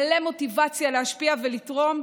מלא מוטיבציה להשפיע ולתרום,